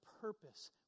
purpose